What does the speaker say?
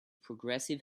progressive